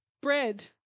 bread